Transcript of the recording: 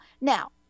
Now